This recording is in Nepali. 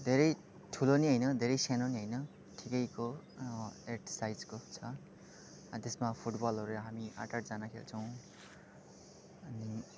धेरै ठुलो पनि होइन धेरै सानो पनि होइन ठिकैको एट साइजको छ त्यसमा फुटबलहरू हामी आठ आठजना खेल्छौँ अनि